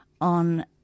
on